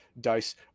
dice